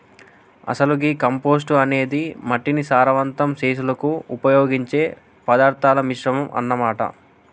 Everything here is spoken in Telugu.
అసలు గీ కంపోస్టు అనేది మట్టిని సారవంతం సెసులుకు ఉపయోగించే పదార్థాల మిశ్రమం అన్న మాట